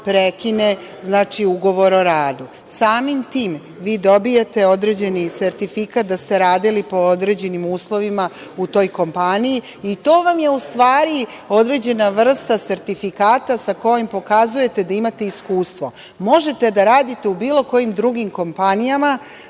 prekine ugovor o radu. Samim tim vi dobijate određeni sertifikat da ste radili po određenim uslovima u toj kompaniji i to vam je u stvari određena vrsta sertifikata sa kojim pokazujete da imate iskustvo. Možete da radite u bilo kojim drugim kompanijama.